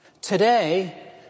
Today